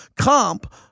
Comp